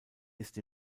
ist